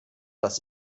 das